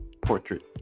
portrait